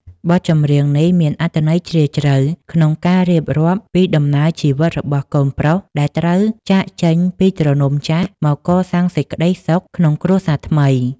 បទចម្រៀងនេះមានអត្ថន័យជ្រាលជ្រៅក្នុងការរៀបរាប់ពីដំណើរជីវិតរបស់កូនប្រុសដែលត្រូវចាកចេញពីទ្រនំចាស់មកកសាងសេចក្តីសុខក្នុងគ្រួសារថ្មី។